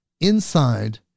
inside